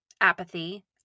apathy